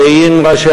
ועם ראשי